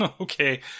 Okay